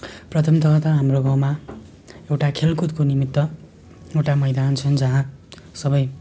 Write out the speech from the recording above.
प्रथमतः हाम्रो गाउँमा एउटा खेलकुदको निमित्त एउटा मैदान छन् जहाँ सबै